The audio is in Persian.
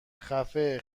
خفه